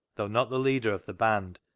though not the leader of the band,